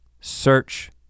Search